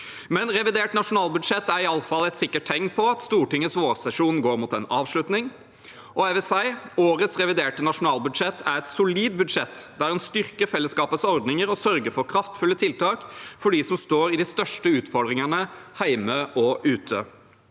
Revidert nasjonalbudsjett er iallfall et sikkert tegn på at Stortingets vårsesjon går mot en avslutning, og jeg vil si at årets reviderte nasjonalbudsjett er et solid budsjett der en styrker fellesskapets ordninger og sørger for kraftfulle tiltak for dem som står i de største utfordringene hjemme og ute.